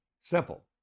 simple